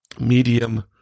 Medium